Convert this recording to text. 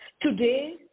Today